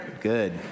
Good